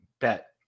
Bet